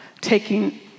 taking